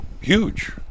huge